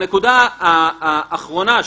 הנקודה האחרונה,